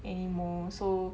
anymore so